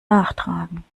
nachtragen